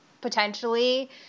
potentially